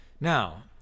Now